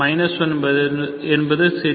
1 என்பது சிறிய எண்